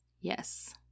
yes